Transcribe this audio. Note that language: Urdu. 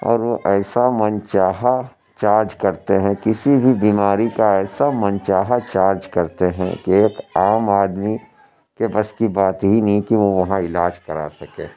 اور وہ ایسا من چاہا چارج کرتے ہیں کہ کسی بھی بیماری کا ایسا من چاہا چارج کرتے ہیں ایک عام آدمی کے بس کی بات ہی نہیں کہ وہ وہاں علاج کرا سکے